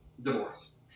divorce